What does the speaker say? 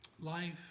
life